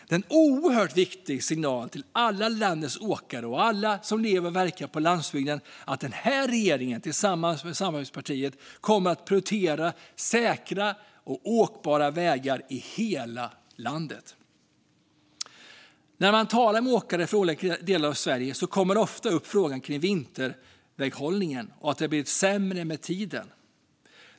Det är en oerhört viktig signal till alla landets åkare och alla som lever och verkar på landsbygden att den här regeringen tillsammans med samarbetspartiet kommer att prioritera säkra och åkbara vägar i hela landet. När man talar med åkare från olika delar av Sverige kommer det ofta upp frågor om vinterväghållningen, och man säger att den har blivit sämre med tiden.